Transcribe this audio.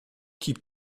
keep